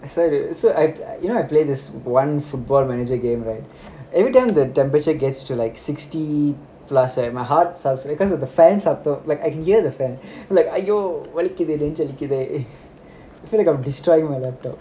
so I you know I play this one football manager game right every time the temperature gets to like sixty plus right my heart says that because of the fans like I can hear the fan I'm like ஐயோ வலிக்குதே நெஞ்சு வலிக்குதே:iyoo valikuthe nenju valikuthe I feel like I'm destroying my laptop